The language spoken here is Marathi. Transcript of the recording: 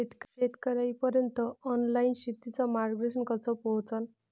शेतकर्याइपर्यंत ऑनलाईन शेतीचं मार्गदर्शन कस पोहोचन?